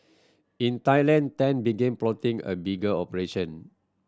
in Thailand Tan began plotting a bigger operation